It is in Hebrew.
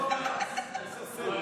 בכיף.